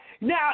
now